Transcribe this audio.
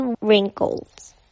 wrinkles